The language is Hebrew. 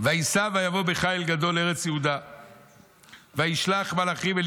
"וייסע ויבוא בחיל גדול לארץ יהודה וישלח מלאכים אל